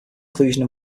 inclusion